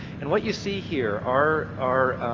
and what you see here are are